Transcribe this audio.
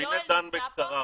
הקבינט דן בקצרה,